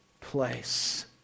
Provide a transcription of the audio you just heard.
place